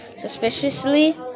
suspiciously